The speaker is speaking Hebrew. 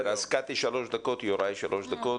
קטי שלוש דקות, יוראי שלוש דקות,